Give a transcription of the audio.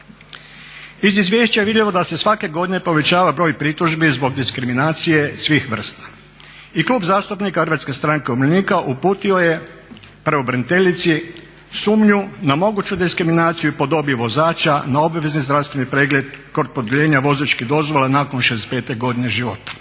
Iz izvješća je vidljivo da se svake godine povećava broj pritužbi zbog diskriminacije svih vrsta. I Klub zastupnika HSU-a uputio je pravobraniteljici sumnju na moguću diskriminaciju po dobi vozača na obvezni zdravstveni pregled kod produljenja vozačkih dozvola nakon 65. godine života.